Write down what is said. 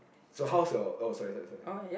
so how's your oh sorry sorry sorry